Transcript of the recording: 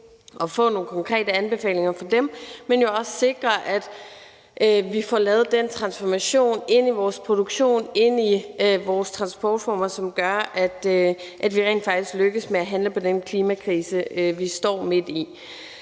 at få nogle konkrete anbefalinger fra dem, men jo også for at sikre, at vi får lavet den transformation af vores produktion og vores transportformer, som gør, at vi rent faktisk lykkes med at handle på den klimakrise, vi står midt i.